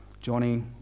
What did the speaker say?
Johnny